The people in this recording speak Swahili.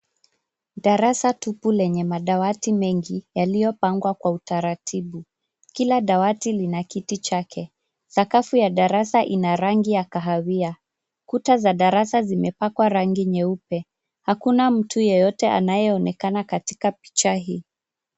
Darasa tupu lenye madawati mengi, yaliopangwa kwa utaratibu. Kila dawati lina kiti chake. Sakafu ya darasa ina rangi ya kahawia. Kuta za darasa zimepakwa rangi nyeupe. Hakuna mtu yeyote anayeonekana katika picha hii.